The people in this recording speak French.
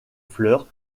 fleurs